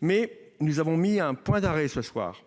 Mais nous avons mis un point d'arrêt ce soir